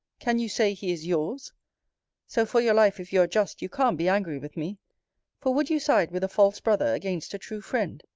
can you say, he is yours so, for your life, if you are just, you can't be angry with me for would you side with a false brother against a true friend?